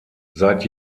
seit